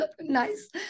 nice